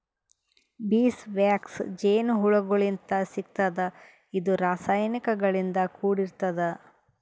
bees wax ಜೇನಹುಳಗೋಳಿಂತ್ ಸಿಗ್ತದ್ ಇದು ರಾಸಾಯನಿಕ್ ಗಳಿಂದ್ ಕೂಡಿರ್ತದ